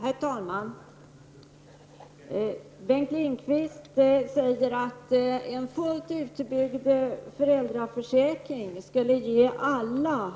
Herr talman! Bengt Lindqvist säger att en fullt utbyggd föräldraförsäkring skulle ge alla